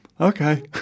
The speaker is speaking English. okay